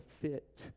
fit